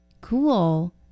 Cool